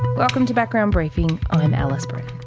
welcome to background briefing. i'm alice brennan.